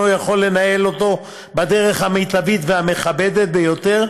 יכול לנהל אותו בדרך המיטבית והמכבדת ביותר,